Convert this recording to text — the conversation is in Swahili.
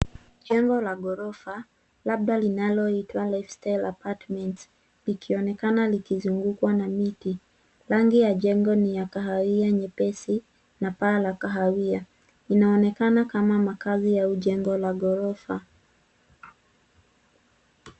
Jengo la ghorofa, labda linaloitwa Lifestyle Apartments, likionekana likizungukwa na miti. Rangi ya jengo ni ya kahawia nyepesi, na paa la kahawia. Inaonekana kama makazi au jengo la ghorofa.